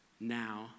now